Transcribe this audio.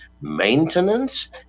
maintenance